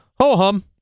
Ho-hum